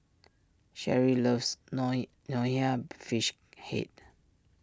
Cherie loves Nonya Fish Head